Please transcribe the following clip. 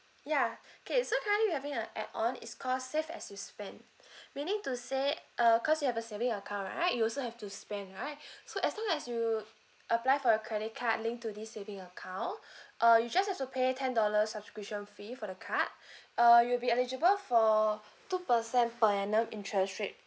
ya okay so currently we're having a add on is call save as you spend meaning to say err cause you have a saving account right you also have to spend right so as long as you apply for a credit card link to this saving account uh you just have to pay ten dollars subscription fee for the card uh you'll be eligible for two percent per annum interest rate